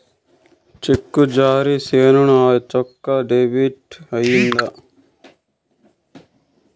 చెక్కు జారీ సేసాను, ఆ చెక్కు డెబిట్ అయిందా